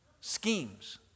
Schemes